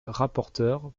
rapporteur